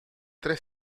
tre